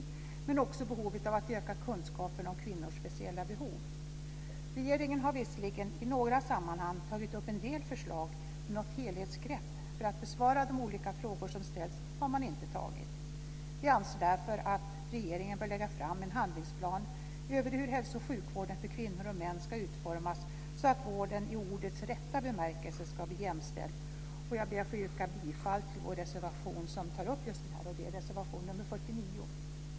Många av dessa brister uppmärksammades av den senaste borgerliga regeringen.